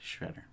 shredder